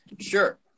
sure